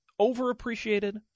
overappreciated